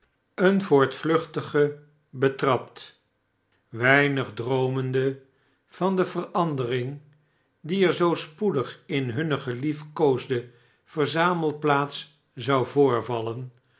een voortvluchtige betrapt weinig droomende van de verandering die er zoo spoedig in hunne geliefkoosde verzamelplaats zou voorvallen